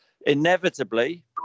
inevitably